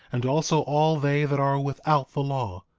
and also all they that are without the law.